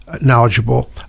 knowledgeable